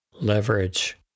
leverage